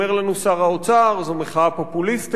אומר לנו שר האוצר, זו מחאה פופוליסטית.